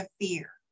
fear